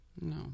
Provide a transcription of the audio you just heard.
No